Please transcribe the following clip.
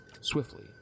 Swiftly